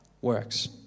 works